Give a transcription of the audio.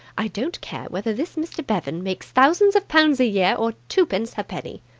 i don't care whether this mr. bevan makes thousands of pounds a year or twopence-ha'penny.